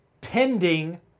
pending